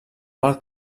qual